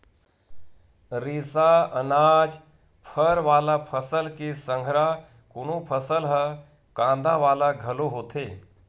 रेसा, अनाज, फर वाला फसल के संघरा कोनो फसल ह कांदा वाला घलो होथे